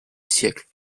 siècle